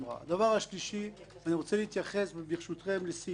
שלישית, אני רוצה להתייחס לסעיף (ח).